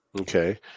Okay